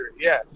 yes